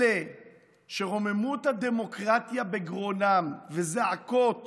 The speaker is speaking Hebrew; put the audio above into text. אלה שרוממות הדמוקרטיה בגרונם וזעקות